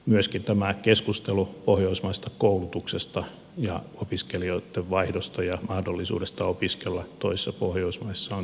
myöskin tämä keskustelu pohjoismaisesta koulutuksesta ja opiskelijoitten vaihdosta ja mahdollisuudesta opiskella toisessa pohjoismaassa on tärkeää